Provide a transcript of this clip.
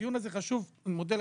הדיון הזה הוא חשוב, אני מודה לך.